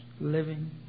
living